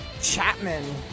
Chapman